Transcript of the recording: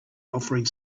offering